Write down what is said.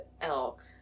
elk